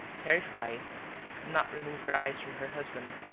terrified, could not remove her eyes from her husband,